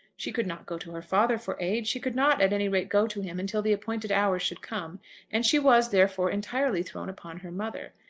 she could not go to her father for aid she could not, at any rate, go to him until the appointed hour should come and she was, therefore, entirely thrown upon her mother.